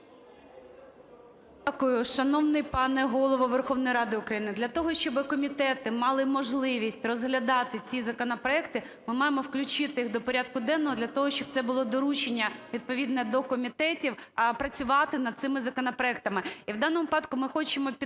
Дякую. Шановний пане Голово Верховної Ради України, для того, щоби комітети мали можливість розглядати ці законопроекти, ми маємо включити їх до порядку денного для того, щоб це було доручення відповідне до комітетів працювати над цими законопроектами. І в даному випадку ми хочемо підтримати